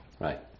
Right